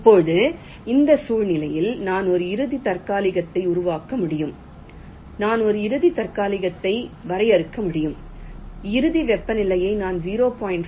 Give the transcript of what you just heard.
இப்போது இந்த சுழற்சியில் நான் ஒரு இறுதி தற்காலிகத்தை உருவாக்க முடியும் நான் ஒரு இறுதி தற்காலிகத்தை வரையறுக்க முடியும் இறுதி வெப்பநிலையை நான் 0